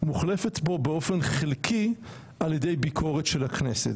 מוחלפת פה באופן חלקי על ידי ביקורת של הכנסת.